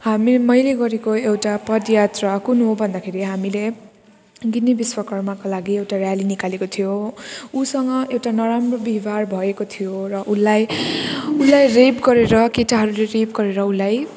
हामी मैले गरेको एउटा पदयात्रा कुन हो भन्दाखेरि हामीले गिनी विश्वकर्माको लागि एउटा र्याली निकालेका थियौँ उसँग एउटा नराम्रो व्यवहार भएको थियो र उसलाई उसलाई रेप गरेर केटाहरूले रेप गरेर उसलाई